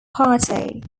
party